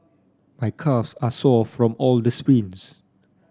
my calves are sore from all the sprints